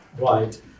Right